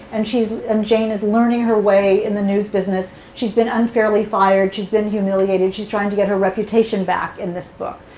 and and jane is learning her way in the news business. she's been unfairly fired. she's been humiliated. she's trying to get her reputation back in this book.